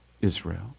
Israel